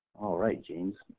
all right james.